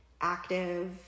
active